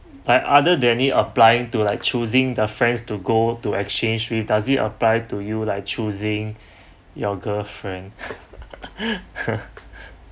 like other danny applying to like choosing the friends to go to exchange with does it apply to you like choosing your girlfriend